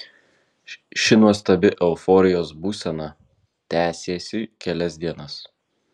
ši nuostabi euforijos būsena tęsėsi kelias dienas